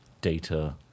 data